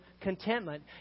contentment